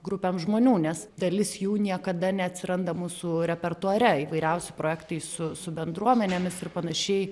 grupėm žmonių nes dalis jų niekada neatsiranda mūsų repertuare įvairiausi projektai su su bendruomenėmis ir panašiai